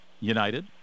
United